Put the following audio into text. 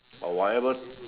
but whatever